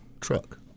truck